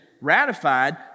ratified